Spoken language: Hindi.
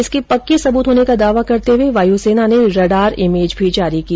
इसके पर्क्के सबूत होने का दावा करते हुए वायुसेना ने रडार इमेज भी जारी की